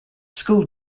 school